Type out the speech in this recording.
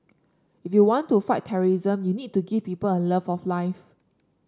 if you want to fight terrorism you need to give people a love of life